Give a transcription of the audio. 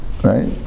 Right